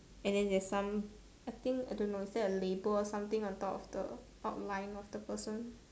and then there's some I think I don't know is there a label or something on top of the outline of the person